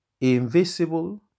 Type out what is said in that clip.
invisible